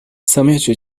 سمعت